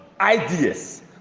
ideas